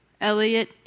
Elliot